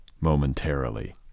momentarily